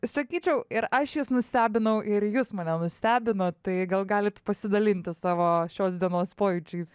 sakyčiau ir aš jus nustebinau ir jus mane nustebinot tai gal galit pasidalinti savo šios dienos pojūčiais